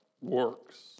works